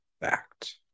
fact